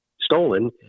stolen